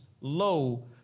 low